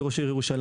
כראש העיר ירושלים,